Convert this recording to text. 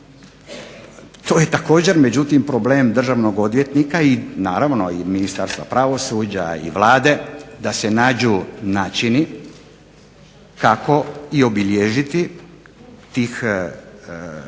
To je također međutim problem državnog odvjetnika i naravno i Ministarstva pravosuđa i Vlade da se nađu načini kako i obilježiti te dokumente